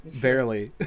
barely